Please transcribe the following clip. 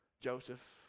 Joseph